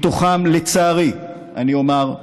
לצערי, אני אומר,